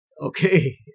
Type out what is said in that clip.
Okay